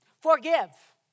forgive